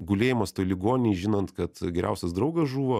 gulėjimas toj ligoninėj žinant kad geriausias draugas žuvo